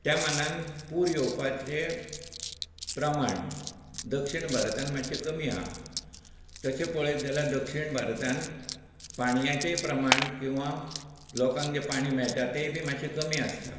त्या मानान पूर येवपाचे प्रमाण दक्षीण भारतांत मातशें कमी आसात तशें पळयत जाल्यार दक्षीण भारतांत पाण्याचेय प्रमाण किंवा लोकांक जें पाणी मेळटा तेय बी मातशें कमी आसता